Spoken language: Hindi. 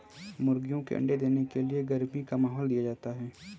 मुर्गियों के अंडे देने के लिए गर्मी का माहौल दिया जाता है